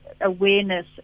awareness